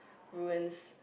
ruins